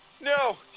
no